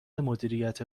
مدیریت